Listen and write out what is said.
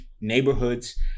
neighborhoods